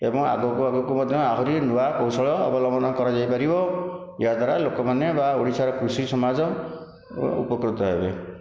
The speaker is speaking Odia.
ଏବଂ ଆଗକୁ ଆଗକୁ ମଧ୍ୟ ଆହୁରି ନୂଆ କୌଶଳ ଅବଲମ୍ବନ କରାଯାଇ ପାରିବ ଏହା ଦ୍ଵାରା ଲୋକମାନେ ବା ଓଡ଼ିଶାର କୃଷି ସମାଜ ଉପକୃତ ହେବେ